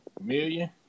million